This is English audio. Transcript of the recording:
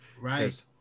Right